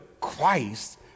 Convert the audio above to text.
Christ